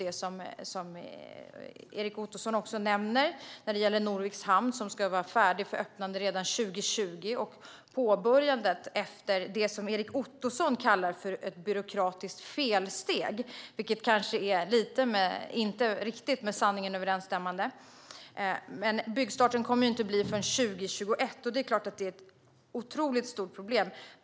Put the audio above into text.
Erik Ottoson nämner Norviks hamn. Den ska vara färdig för öppnande redan 2020. Men byggstarten efter det som Erik Ottoson i sin interpellation kallar för "ett byråkratiskt felsteg", vilket kanske inte riktigt är med sanningen överensstämmande, kommer inte att ske förrän 2021. Det är klart att det är ett otroligt stort problem.